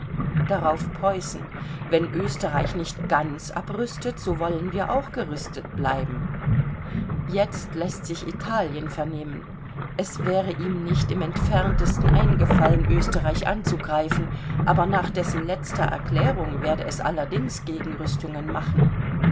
darauf preußen wenn österreich nicht ganz abrüstet so wollen wir auch gerüstet bleiben jetzt läßt sich italien vernehmen es wäre ihm nicht im entferntesten eingefallen österreich anzugreifen aber nach dessen letzter erklärung werde es allerdings gegenrüstungen machen